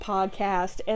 Podcast